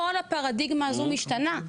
כל הפרדיגמה הזו משתנה.